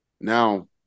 now